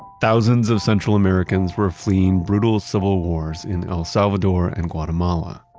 thousands of central americans were fleeing brutal civil wars in el salvador and guatemala.